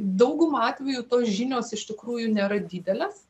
dauguma atvejų tos žinios iš tikrųjų nėra didelės